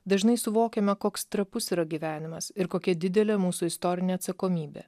dažnai suvokiame koks trapus yra gyvenimas ir kokia didelė mūsų istorinė atsakomybė